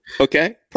okay